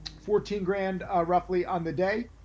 fourteen grand roughly on the day.